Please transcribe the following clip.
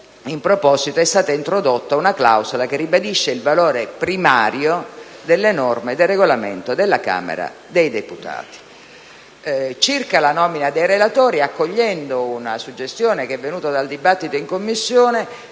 in proposito è stata introdotta una clausola che ribadisce il valore primario delle norme del Regolamento della Camera dei deputati. Circa la nomina dei relatori, accogliendo una suggestione emersa nel dibattito in Commissione,